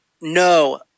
no